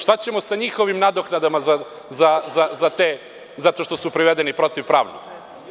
Šta ćemo sa njihovim nadoknadama zato što su privedeni protivpravno?